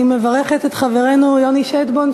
אני מברכת את חברנו יוני שטבון,